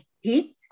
heat